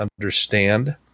understand